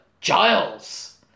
Giles